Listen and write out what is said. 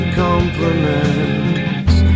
compliments